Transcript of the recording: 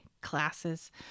classes